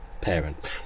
parents